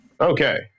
Okay